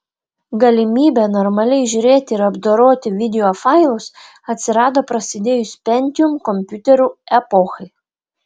galimybė normaliai žiūrėti ir apdoroti videofailus atsirado prasidėjus pentium kompiuterių epochai